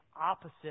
opposite